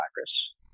virus